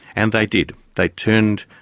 and they did. they turned,